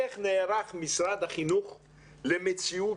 איך משרד החינוך נערך למציאות